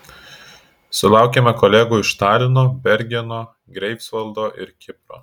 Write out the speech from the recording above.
sulaukėme kolegų iš talino bergeno greifsvaldo ir kipro